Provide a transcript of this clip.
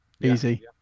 Easy